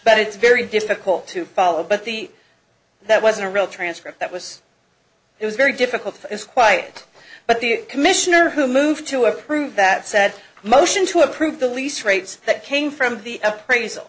but it's very difficult to follow but the that wasn't a real transcript that was it was very difficult it's quite but the commissioner who moved to approve that said motion to approve the lease rates that came from the appraisal